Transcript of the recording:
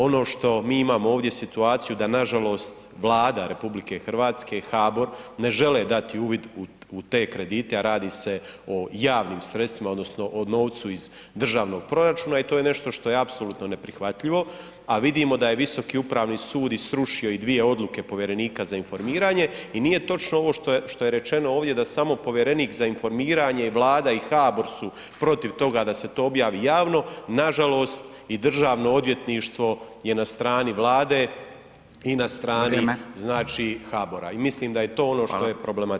Ono što mi imamo ovdje situaciju da nažalost Vlada RH, HBOR ne žele dati uvid u te kredite a radi se o javnim sredstvima odnosno o novcu iz državnog proračuna i to je nešto što je apsolutno neprihvatljivo a vidimo da je Visoku upravni sud i srušio dvije odluke povjerenika za informiranje i nije točno ovo što je rečeno ovdje da samo povjerenik za informiranje i Vlada i HBOR su protiv toga da se to objavi javno, nažalost i Državno odvjetništvo je na stranu Vlade i na strani HBOR-a i mislim da je to ono što je problematično.